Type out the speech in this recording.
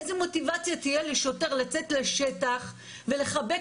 איזה מוטיבציה תהיה לשוטר לצאת לשטח ולחבק